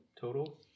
total